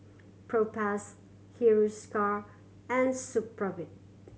Propass Hiruscar and Supravit